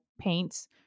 paints